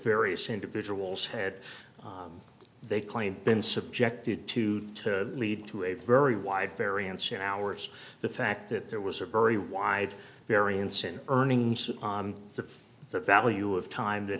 various individuals had they claimed been subjected to to lead to a very wide variance in hours the fact that there was a very wide variance in earnings on the the value of time that